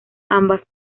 ambas